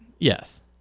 Yes